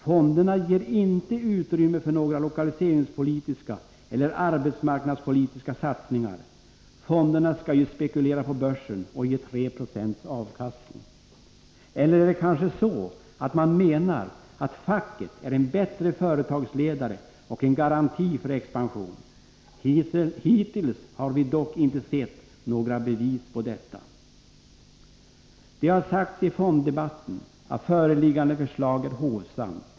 Fonderna ger inte utrymme för några lokaliseringspolitiska eller arbetsmarknadspolitiska satsningar. Fonderna skall ju spekulera på börsen och ge 3 96 avkastning. Eller är det kanske så att man menar att facket är en bättre företagsledare och en garanti för expansionen? Hittills har vi dock inte sett några bevis på detta. Det har sagts i fonddebatten att föreliggande förslag är hovsamt.